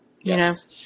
Yes